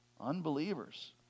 unbelievers